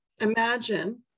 Imagine